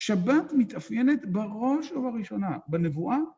שבת מתאפיינת בראש ובראשונה, בנבואה.